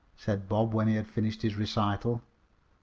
said bob when he had finished his recital.